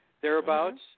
thereabouts